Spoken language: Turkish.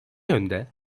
yönde